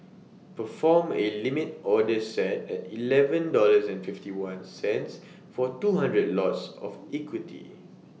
perform A limit order set at Eleven dollars and fifty one cents for two hundred lots of equity